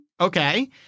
Okay